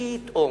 פתאום,